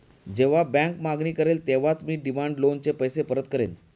जेव्हा बँक मागणी करेल तेव्हाच मी डिमांड लोनचे पैसे परत करेन